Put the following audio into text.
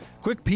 Quick